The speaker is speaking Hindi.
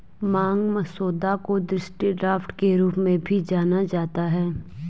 मांग मसौदा को दृष्टि ड्राफ्ट के रूप में भी जाना जाता है